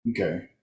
Okay